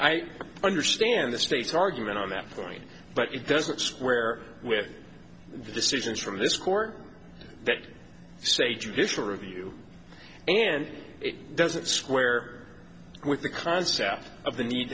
i understand the state's argument on that point but it doesn't square with the decisions from this court that say judicial review and it doesn't square with the concept of the need